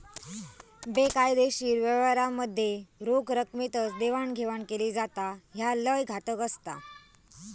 बेकायदेशीर व्यवहारांमध्ये रोख रकमेतच देवाणघेवाण केली जाता, ह्या लय घातक असता